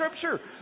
scripture